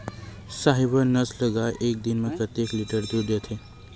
साहीवल नस्ल गाय एक दिन म कतेक लीटर दूध देथे?